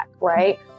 right